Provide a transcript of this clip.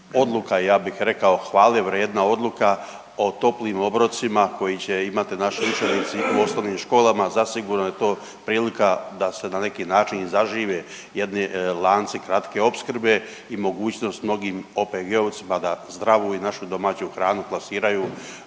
hvale vrijedna odluka o toplim obrocima koji će imati naši učenici u osnovnim školama, zasigurno je to prilika da se na neki način i zažive jedni lanci kratke opskrbe i mogućnost mnogim OPG-ovcima da zdravu i našu domaću hranu plasiraju